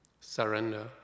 Surrender